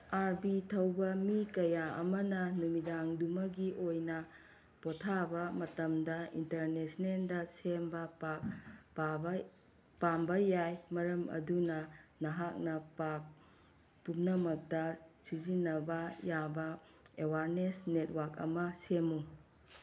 R ꯕꯤ ꯊꯧꯕ ꯃꯤ ꯑꯃꯅ ꯅꯨꯃꯤꯗꯥꯡꯗꯨꯃꯒꯤ ꯑꯣꯏꯅ ꯄꯣꯊꯥꯕ ꯃꯇꯝꯗ ꯏꯟꯇꯔꯅꯦꯁꯅꯦꯜꯗ ꯁꯦꯝꯕ ꯄꯥꯝꯕ ꯌꯥꯏ ꯃꯔꯝ ꯑꯗꯨꯅ ꯅꯍꯥꯛꯅ ꯄꯥꯛ ꯄꯨꯝꯅꯃꯛꯇ ꯁꯤꯖꯤꯟꯅꯕ ꯌꯥꯕ ꯑꯦꯋꯥꯔꯅꯦꯁ ꯅꯦꯠꯋꯥꯛ ꯑꯃ ꯁꯦꯝꯃꯨ